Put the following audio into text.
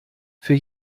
für